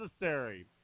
necessary